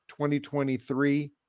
2023